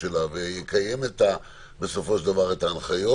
שלה ויקיים בסופו של דבר את ההנחיות,